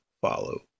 follow